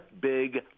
big